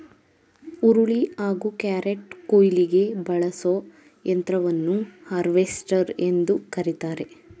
ಹುರುಳಿ ಹಾಗೂ ಕ್ಯಾರೆಟ್ಕುಯ್ಲಿಗೆ ಬಳಸೋ ಯಂತ್ರವನ್ನು ಹಾರ್ವೆಸ್ಟರ್ ಎಂದು ಕರಿತಾರೆ